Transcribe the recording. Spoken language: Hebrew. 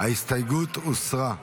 ההסתייגות הוסרה.